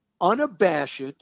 unabashed